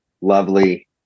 lovely